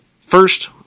first